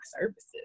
services